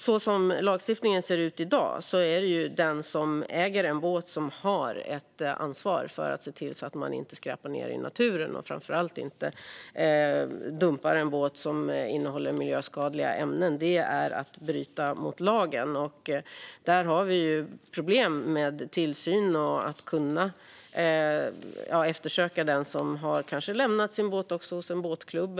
Så som lagstiftningen ser ut i dag är det den som äger en båt som har ett ansvar. Man ska se till att inte skräpa ned i naturen. Framför allt ska man inte dumpa en båt som innehåller miljöskadliga ämnen. Det är att bryta mot lagen. Vi har problem med tillsyn och med att kunna eftersöka den som kanske har lämnat sin båt hos en båtklubb.